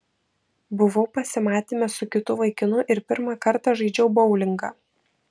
buvau pasimatyme su kitu vaikinu ir pirmą kartą žaidžiau boulingą